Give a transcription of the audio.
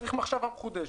- צריך מחשבה מחודשת.